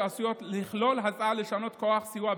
שעשויות לכלול הצעה לשנע כוח סיוע בין-לאומי.